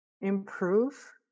improve